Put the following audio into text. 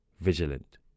vigilant